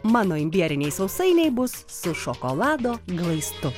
mano imbieriniai sausainiai bus su šokolado glaistu